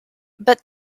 but